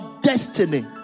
destiny